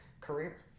career